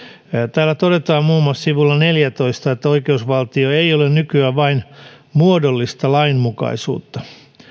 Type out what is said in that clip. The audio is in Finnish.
täällä todetaan muun muassa sivulla neljätoista oikeusvaltio ei ole nykyään vain muodollista lainmukaisuutta